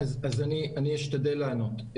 אשתדל לענות.